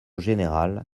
général